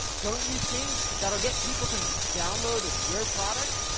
don't you think that'll get people to download your product,